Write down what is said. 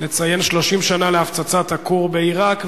נציין 30 שנה להפצצת הכור בעירק,